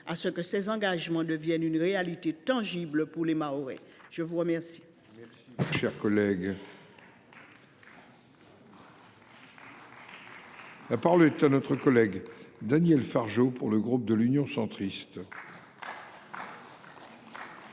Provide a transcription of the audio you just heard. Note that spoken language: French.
à ce que ces engagements deviennent une réalité tangible pour les Mahorais. La parole